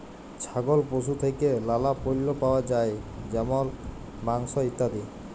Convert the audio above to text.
ছাগল পশু থেক্যে লালা পল্য পাওয়া যায় যেমল মাংস, ইত্যাদি